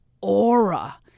aura